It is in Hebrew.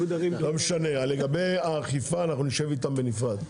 לגבי האכיפה, אנחנו נשב איתם בנפרד.